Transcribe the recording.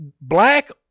black